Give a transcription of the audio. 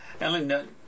Ellen